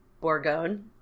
Bourgogne